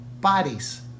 bodies